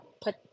put